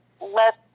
let